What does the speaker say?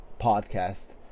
podcast